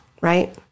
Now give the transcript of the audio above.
right